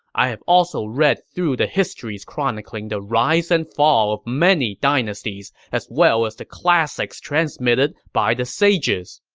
i have also read through the histories chronicling the rise and fall of many dynasties, as well as the classics transmitted by the sages.